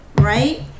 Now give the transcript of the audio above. right